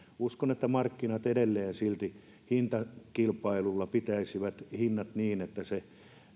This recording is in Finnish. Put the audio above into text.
uskon että markkinat edelleen silti hintakilpailulla pitäisivät hinnat niin että se